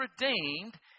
redeemed